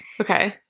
Okay